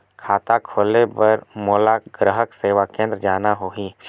खाता खोले बार मोला ग्राहक सेवा केंद्र जाना होही?